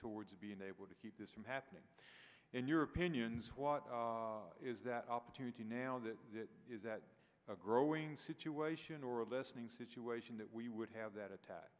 towards being able to keep this from happening in your opinions what is that opportunity now that is that a growing situation or a lessening situation that we would have that attack